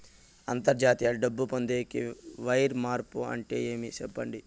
అంతర్జాతీయ డబ్బు పొందేకి, వైర్ మార్పు అంటే ఏమి? సెప్పండి?